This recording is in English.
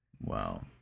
Wow